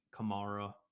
Kamara